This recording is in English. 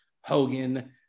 Hogan